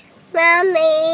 Mommy